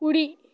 కుడి